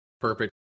Perfect